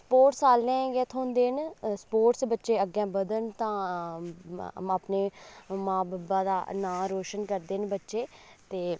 sports आह्लें ई गै थ्होंदे न स्पोर्टस च बच्चे अग्गें बधन तां अपने माऊ बब्बै दा नांऽ रोशन करदे न बच्चे ते